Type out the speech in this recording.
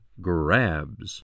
GRABS